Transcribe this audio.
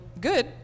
good